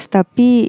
Tapi